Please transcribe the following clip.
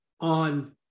on